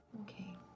Okay